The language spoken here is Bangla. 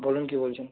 বলুন কি বলছেন